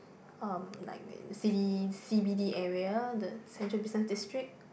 um like in cities C_B_D area the central business district